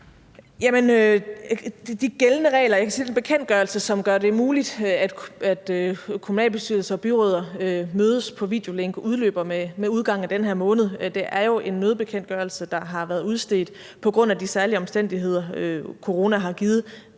den bekendtgørelse, som gør det muligt, at kommunalbestyrelser og byrødder mødes på videolink, udløber med udgangen af den her måned. Det er jo en nødbekendtgørelse, der har været udstedt på grund af de særlige omstændigheder, coronaen har givet.